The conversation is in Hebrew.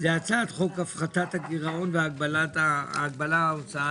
הצעת חוק הפחתת הגירעון והגבלת ההוצאה